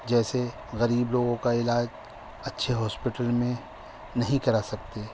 جیسے غریب لوگوں کا علاج اچھے ہاسپٹل میں نہیں کرا سکتے